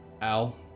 Al